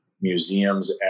museums